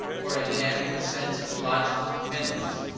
or an inadequate sense of logical dependence,